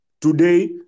today